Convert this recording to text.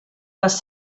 les